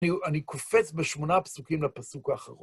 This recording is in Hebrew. אני קופץ בשמונה פסוקים לפסוק האחרון.